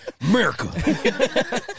America